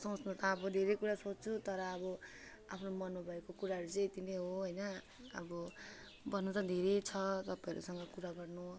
सोच्नु त अब धेरै कुरा सोच्छु तर अब आफ्नो मनमा भएको कुराहरू चाहिँ यति नै हो होइन अब भन्नु त धेरै छ तपाईँहरूसँग कुरा गर्नु